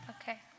Okay